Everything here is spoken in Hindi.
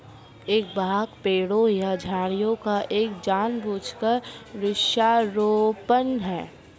एक बाग पेड़ों या झाड़ियों का एक जानबूझकर वृक्षारोपण है